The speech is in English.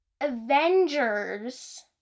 Avengers